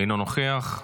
אינו נוכח.